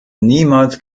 niemals